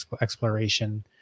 exploration